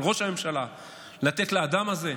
של ראש הממשלה לתת לאדם הזה.